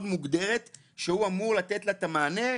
מוגדרת שהוא אמור לתת לה את המענה.